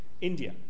India